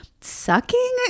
sucking